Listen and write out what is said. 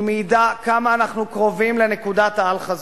מעידה כמה אנחנו קרובים לנקודת האל-חזור.